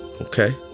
okay